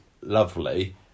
lovely